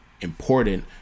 important